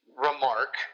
remark